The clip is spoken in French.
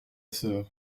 sœur